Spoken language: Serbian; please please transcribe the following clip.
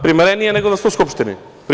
Primerenije nego da ste u Skupštini.